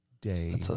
day